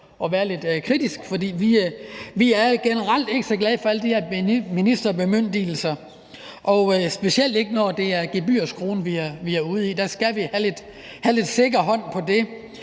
at være lidt kritisk, for vi er generelt ikke så glade for alle de her ministerbemyndigelser; og specielt ikke, når det er gebyrskruen, vi er ude i. Der skal vi have en lidt sikker hånd på det.